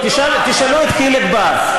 תשאלו את חיליק בר,